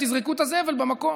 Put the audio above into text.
תזרקו את הזבל במקום.